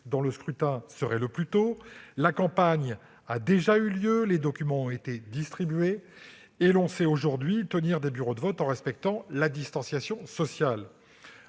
dont le scrutin se tiendrait le plus tôt, la campagne a déjà eu lieu, les documents ont été distribués, tandis que l'on sait aujourd'hui tenir des bureaux de vote en respectant la distanciation sociale.